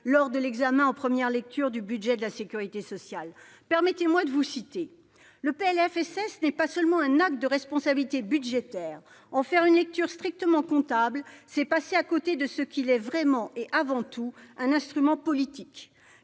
lors de l'examen en première lecture du budget de la sécurité sociale ? Permettez-moi de vous citer :« Le PLFSS n'est pas seulement un acte de responsabilité budgétaire. En faire une lecture strictement comptable, c'est passer à côté de ce qu'il est vraiment. Il est avant tout un instrument politique.